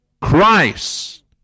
Christ